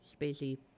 spacey